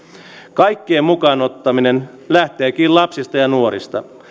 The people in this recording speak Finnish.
kaikkien mukaan ottaminen lähteekin lapsista ja nuorista